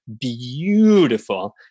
beautiful